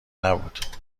نبود